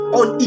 on